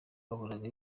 yahoraga